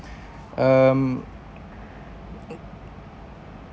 um